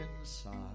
inside